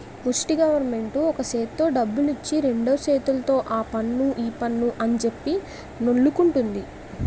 ముస్టి గవరమెంటు ఒక సేత్తో డబ్బులిచ్చి రెండు సేతుల్తో ఆపన్ను ఈపన్ను అంజెప్పి నొల్లుకుంటంది